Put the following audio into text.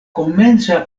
komenca